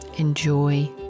Enjoy